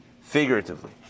figuratively